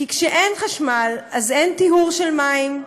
כי כשאין חשמל אז אין טיהור של מים,